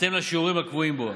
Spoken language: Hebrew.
בהתאם לשיעורים הקבועים בו.